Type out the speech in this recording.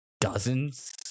dozens